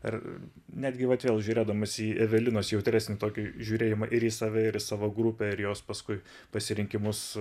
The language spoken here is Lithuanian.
ar netgi vat vėl žiūrėdamas į evelinos jautresnį tokį žiūrėjimą ir į save ir savo grupę ir jos paskui pasirinkimus